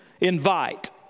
invite